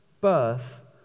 birth